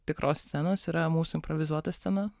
tikros scenos yra mūsų improvizuota scena